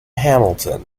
hamilton